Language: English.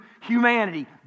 humanity